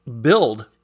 build